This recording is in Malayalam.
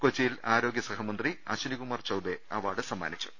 കൊച്ചിയിൽ ആരോഗ്യസഹമന്ത്രി അശ്വനികുമാർ ചൌബെ അവാർഡ് സമ്മാനിച്ചു